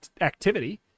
activity